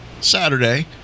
Saturday